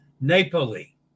Napoli